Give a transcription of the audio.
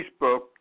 Facebook